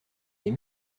les